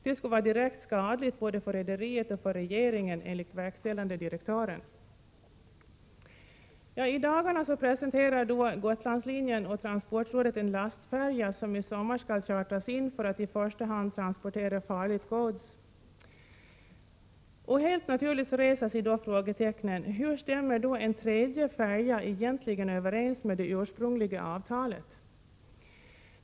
Det skulle vara direkt skadligt både för rederiet och för regeringen, enligt verkställande direktören. I dagarna presenterar Gotlandslinjen och transportrådet en lastfärja som i sommar skall chartras för att i första hand transportera farligt gods. Helt naturligt reser sig frågetecknen: Hur stämmer en tredje färja egentligen överens med det ursprungliga avtalet?